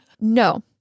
No